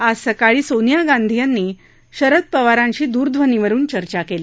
आज सकाळी सोनिया गांधी यांनी शरद पवारांशी दूरध्वनीवरुन चर्चा केली